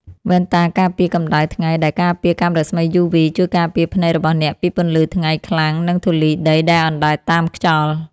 វ៉ែនតាការពារកម្ដៅថ្ងៃដែលការពារកាំរស្មីយូវី ជួយការពារភ្នែករបស់អ្នកពីពន្លឺថ្ងៃខ្លាំង និងធូលីដីដែលអណ្ដែតតាមខ្យល់។